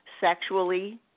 sexually